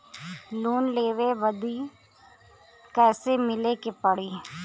Loan लेवे बदी कैसे मिले के पड़ी?